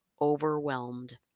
overwhelmed